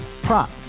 Prop